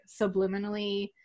subliminally